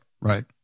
Right